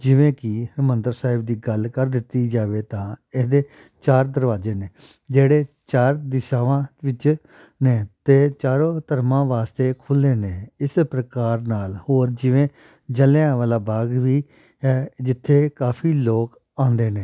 ਜਿਵੇਂ ਕਿ ਹਰਿਮੰਦਰ ਸਾਹਿਬ ਦੀ ਗੱਲ ਕਰ ਦਿੱਤੀ ਜਾਵੇ ਤਾਂ ਇਹਦੇ ਚਾਰ ਦਰਵਾਜ਼ੇ ਨੇ ਜਿਹੜੇ ਚਾਰ ਦਿਸ਼ਾਵਾਂ ਵਿੱਚ ਨੇ ਅਤੇ ਚਾਰੋਂ ਧਰਮਾਂ ਵਾਸਤੇ ਖੁੱਲ੍ਹੇ ਨੇ ਇਸੇ ਪ੍ਰਕਾਰ ਨਾਲ ਹੋਰ ਜਿਵੇਂ ਜਲ੍ਹਿਆਂ ਵਾਲਾ ਬਾਗ ਵੀ ਹੈ ਜਿੱਥੇ ਕਾਫੀ ਲੋਕ ਆਉਂਦੇ ਨੇ